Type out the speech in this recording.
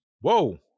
Whoa